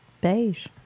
beige